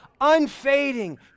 unfading